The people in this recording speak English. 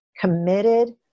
committed